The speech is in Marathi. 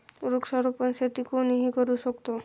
वृक्षारोपण शेती कोणीही करू शकतो